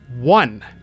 one